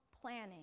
planning